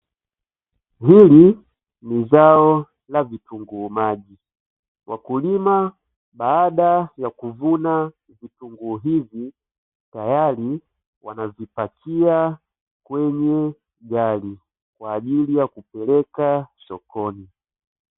Hili ni zao la vitunguu maji, wakulima baada ya kuvuna vitunguu hivi tayari wanavipakia kwenye gari kwa ajili ya kupeleka sokoni.